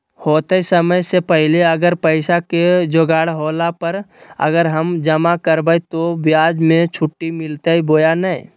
होतय समय से पहले अगर पैसा के जोगाड़ होला पर, अगर हम जमा करबय तो, ब्याज मे छुट मिलते बोया नय?